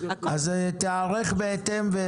תיערך בהתאם.